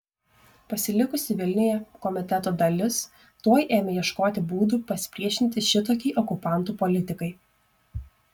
pasilikusi vilniuje komiteto dalis tuoj ėmė ieškoti būdų pasipriešinti šitokiai okupantų politikai